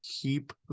keep